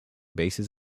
bases